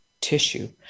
tissue